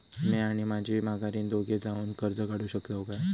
म्या आणि माझी माघारीन दोघे जावून कर्ज काढू शकताव काय?